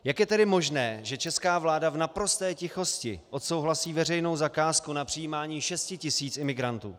Jak je tedy možné, že česká vláda v naprosté tichosti odsouhlasí veřejnou zakázku na přijímání 6 000 imigrantů?